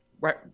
right